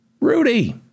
Rudy